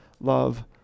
love